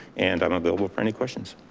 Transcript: and i'm available for any questions